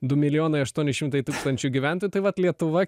du milijonai aštuoni šimtai tūkstančių gyventojų tai vat lietuva